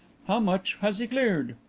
how much has he cleared?